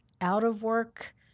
out-of-work